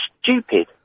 stupid